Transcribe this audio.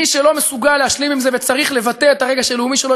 מי שלא מסוגל להשלים עם זה וצריך לבטא את הרגש הלאומי שלו,